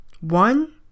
One